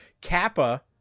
kappa